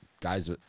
guys